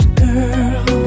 girl